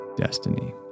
destiny